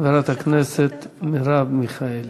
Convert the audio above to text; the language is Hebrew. חברת הכנסת מרב מיכאלי.